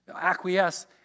acquiesce